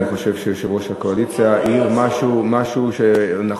אני חושב שיושב-ראש הקואליציה העיר משהו נכון,